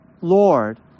Lord